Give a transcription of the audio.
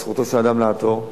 וזכותו של אדם לעתור,